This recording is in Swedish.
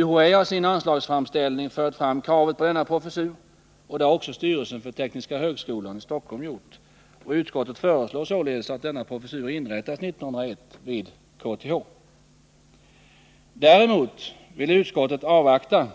UHÄ har i sin anslagsframställning fört fram kravet på denna professur, och det har också styrelsen för tekniska högskolan i Stockholm gjort. Utskottet föreslår således att denna professur inrättas vid KTH 1981. Däremot vill utskottet avvakta